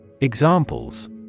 Examples